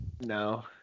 no